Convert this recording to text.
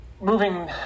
Moving